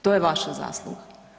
To je vaša zasluga.